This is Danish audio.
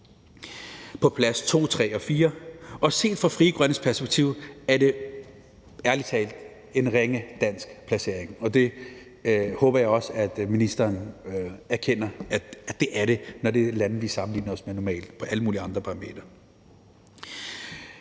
på plads 2, 3 og 4. Set fra Frie Grønnes perspektiv er det ærlig talt en ringe dansk placering, og det håber jeg også ministeren erkender at det er, når det er lande, vi sammenligner os med normalt på alle mulige parametre.